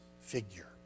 figure